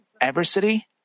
adversity